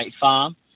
Farm